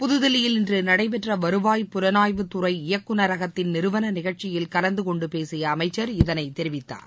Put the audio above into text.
புத்தில்லியில் இன்று நடைபெற்ற வருவாய் புலனாய்வுத்துறை இயக்குநகரத்தின் நிறுவன நிகழ்ச்சியில் கலந்து கொண்டு பேசிய அமைச்சர் இதனைத் தெரிவித்தார்